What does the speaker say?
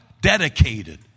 Dedicated